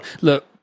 look